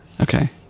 Okay